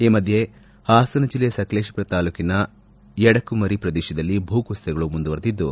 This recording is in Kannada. ಈ ಮಧ್ದೆ ಹಾಸನ ಜಿಲ್ಲೆಯ ಸಕಲೇಶಪುರ ತಾಲೂಕಿನ ಯಡಕುಮರಿ ಪ್ರದೇಶದಲ್ಲಿ ಭೂಕುಚತಗಳು ಮುಂದುವರೆದಿದ್ದು